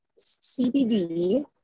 CBD